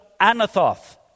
Anathoth